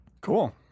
Cool